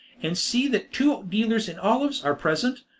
and see that two dealers in olives are present.